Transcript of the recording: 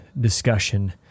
discussion